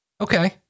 Okay